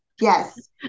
Yes